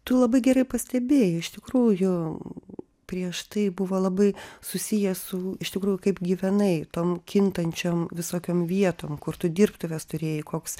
tu labai gerai pastebėjai iš tikrųjų prieš tai buvo labai susiję su iš tikrųjų kaip gyvenai tom kintančiom visokiom vietom kur tu dirbtuves turėjai koks